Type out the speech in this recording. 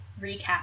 recap